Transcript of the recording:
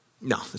no